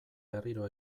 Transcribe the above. berriro